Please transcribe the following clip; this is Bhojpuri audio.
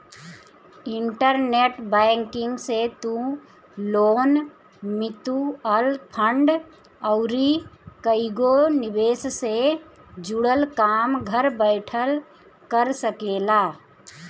इंटरनेट बैंकिंग से तू लोन, मितुअल फंड अउरी कईगो निवेश से जुड़ल काम घर बैठल कर सकेला